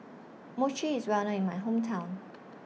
Mochi IS Well known in My Hometown